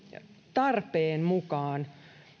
tarpeen mukaan